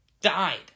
died